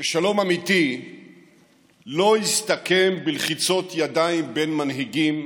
ששלום אמיתי לא יסתכם בלחיצות ידיים בין מנהיגים.